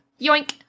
yoink